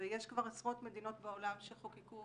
ויש כבר עשרות מדינות בעולם שחוקקו